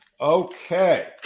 Okay